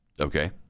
Okay